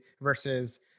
versus